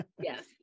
Yes